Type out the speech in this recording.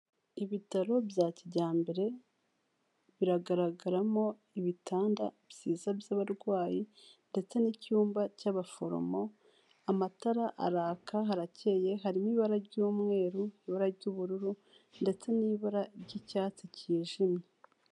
Ibitaro bya kijyambere biragaragaramo ibitanda byiza by'abarwayi ndetse n'icyumba cy'abaforomo, amatara araka harakeye harimo ibara ry'umweru, ibara ry'ubururu, ndetse n'ibara ry'icyatsi cyijimye.